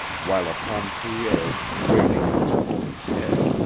while upon pierre, waiting at his pony's head,